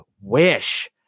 wish